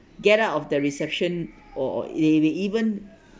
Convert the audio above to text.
get out of the reception or or they they even